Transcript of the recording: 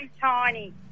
tiny